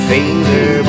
Finger